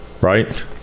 Right